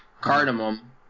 cardamom